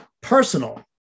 personal